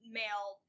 male